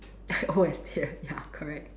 old estate ah ya correct